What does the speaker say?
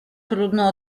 trudno